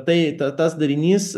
tai tas darinys